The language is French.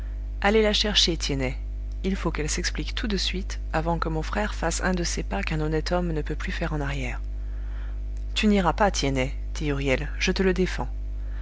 allez la chercher tiennet il faut qu'elle s'explique tout de suite avant que mon frère fasse un de ces pas qu'un honnête homme ne peut plus faire en arrière tu n'iras pas tiennet dit huriel je te le défends